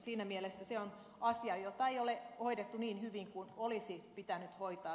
siinä mielessä se on asia jota ei ole hoidettu niin hyvin kuin olisi pitänyt hoitaa